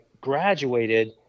graduated